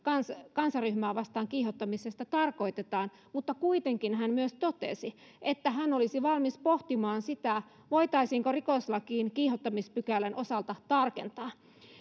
kansanryhmää vastaan kiihottamisesta tarkoitetaan mutta kuitenkin hän myös totesi että hän olisi valmis pohtimaan sitä voitaisiinko rikoslakia kiihottamispykälän osalta tarkentaa